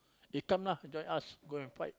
eh come lah join us go and fight